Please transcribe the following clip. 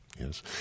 Yes